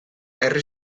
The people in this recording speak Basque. herri